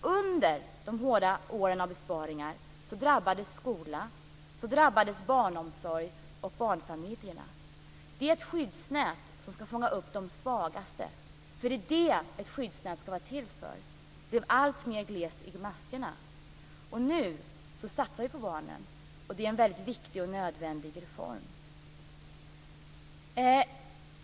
Under de hårda åren av besparingar drabbades skola, barnomsorg och barnfamiljer. Ett skyddsnät ska vara till för att fånga upp de svagaste, men nätets maskor blev alltmer glesa. Nu satsar vi på barnen, och det är en väldigt viktig och nödvändig reform.